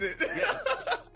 Yes